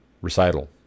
recital